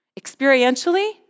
Experientially